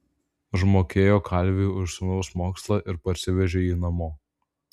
užmokėjo kalviui už sūnaus mokslą ir parsivežė jį namo